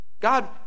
God